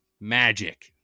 magic